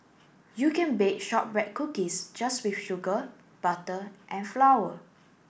you can bake shortbread cookies just with sugar butter and flour